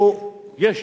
אני אשיב,